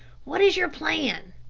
what is your plan?